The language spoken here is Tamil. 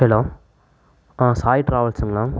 ஹலோ ஆ சாய் ட்ராவல்ஸுங்களா